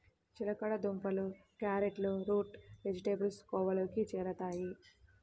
చిలకడ దుంపలు, క్యారెట్లు రూట్ వెజిటేబుల్స్ కోవలోకి చేరుతాయి